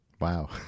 Wow